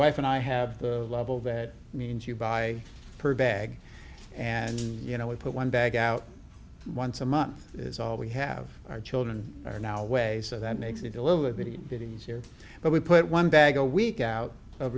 wife and i have the level that means you buy per bag and you know we put one bag out once a month is all we have our children are now way so that makes it a little bit getting easier but we put one bag a week out of